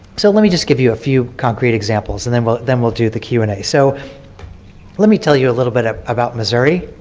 so let me just give you a few concrete examples and then we'll then we'll do the q and a. so let me tell you a little bit ah about missouri.